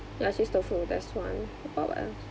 ya cheese tofu that's one how about else